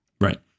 right